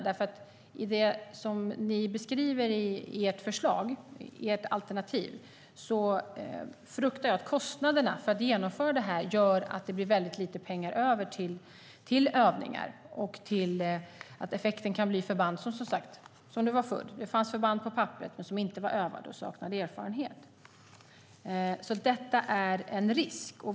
Med det ni beskriver i ert alternativa förslag fruktar jag att kostnaderna för att genomföra detta gör att det blir för lite pengar över till övningar och att effekten blir att förbanden blir som de var förr, det vill säga förband på papperet som inte var övade och som saknade erfarenhet. Detta innebär en risk.